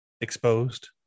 Exposed